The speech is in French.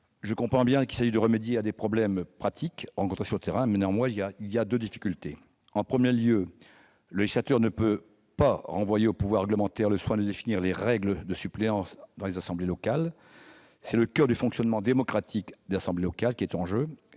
Je comprends bien qu'il s'agit de remédier à des problèmes pratiques qui se posent sur le terrain. Néanmoins, ces dispositions soulèvent deux difficultés. Premièrement, le législateur ne peut pas renvoyer au pouvoir réglementaire le soin de définir les règles de suppléance dans les assemblées locales : c'est le coeur du fonctionnement démocratique des assemblées locales qui est en jeu,